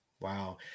Wow